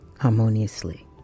harmoniously